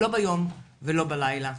לא ביום ולא בלילה.